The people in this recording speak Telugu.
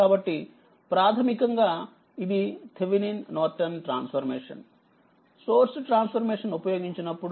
కాబట్టిప్రాథమికంగా ఇదిథీవెనిన్ నార్టన్ ట్రాన్స్ఫర్మేషన్ సోర్స్ ట్రాన్స్ఫర్మేషన్ ఉపయోగించినప్పుడు